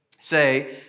Say